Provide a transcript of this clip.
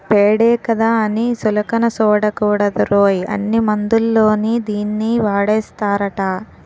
పేడే కదా అని సులకన సూడకూడదురోయ్, అన్ని మందుల్లోని దీన్నీ వాడేస్తారట